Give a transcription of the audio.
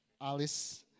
Alice